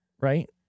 right